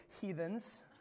heathens